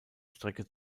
strecke